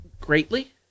greatly